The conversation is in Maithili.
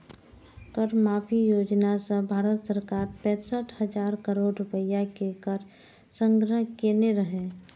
कर माफी योजना सं भारत सरकार पैंसठ हजार करोड़ रुपैया के कर संग्रह केने रहै